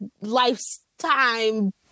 Lifetime